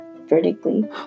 vertically